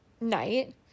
night